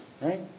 right